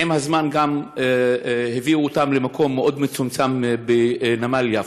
ועם הזמן הביאו אותם למקום מאוד מצומצם בנמל יפו.